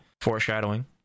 Foreshadowing